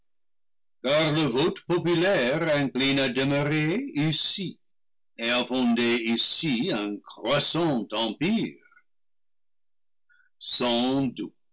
à demeurer ici et à fonder ici un crois sant empire